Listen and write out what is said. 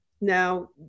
Now